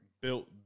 Built